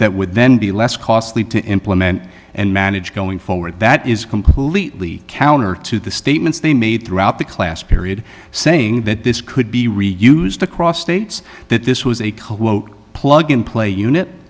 that would then be less costly to implement and manage going forward that is completely counter to the statements they made throughout the class period saying that this could be reuse the cross states that this was a coat plug and play unit